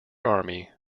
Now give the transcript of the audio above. army